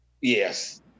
Yes